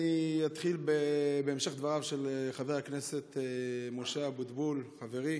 אני אתחיל בהמשך דבריו של חבר הכנסת משה אבוטבול חברי